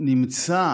נמצא